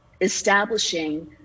establishing